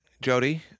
Jody